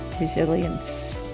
resilience